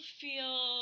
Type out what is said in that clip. feel